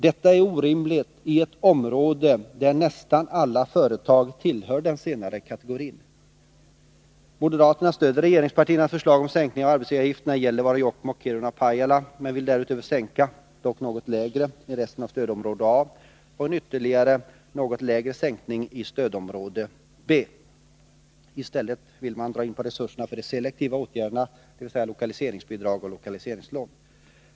Detta är orimligt i ett område där nästan alla företag tillhör den senare kategorin. Moderaterna stöder regeringspartiernas förslag om sänkning av arbetsgivaravgifterna i Gällivare, Jokkmokk, Kiruna och Pajala men vill därutöver sänka, dock något lägre, i resten av stödområde A. De vill ha en ytterligare något lägre sänkning i stödområde B. I stället vill de dra in på resurserna för de selektiva åtgärderna, dvs. lokaliseringsbidrag och lokaliseringslån.